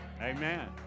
Amen